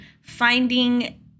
finding